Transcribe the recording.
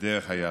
בדרך היהדות.